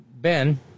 Ben